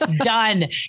done